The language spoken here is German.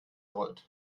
rollt